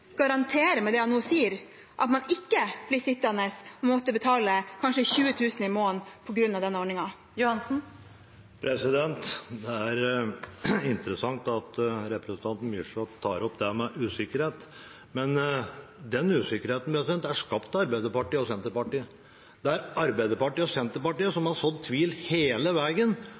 garantere at man ikke blir sittende og må betale kanskje 20 000 kr i måneden på grunn av denne ordningen? Det er interessant at representanten Myrseth tar opp det med usikkerhet, men den usikkerheten er skapt av Arbeiderpartiet og Senterpartiet. Det er Arbeiderpartiet og Senterpartiet som har sådd tvil hele